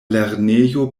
lernejo